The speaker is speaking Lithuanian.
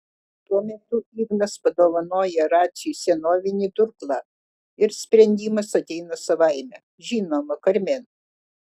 tuo metu ignas padovanoja raciui senovinį durklą ir sprendimas ateina savaime žinoma karmen